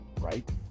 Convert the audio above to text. right